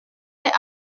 est